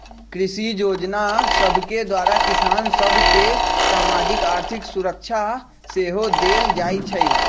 कृषि जोजना सभके द्वारा किसान सभ के सामाजिक, आर्थिक सुरक्षा सेहो देल जाइ छइ